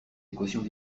équations